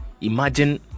imagine